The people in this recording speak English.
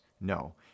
no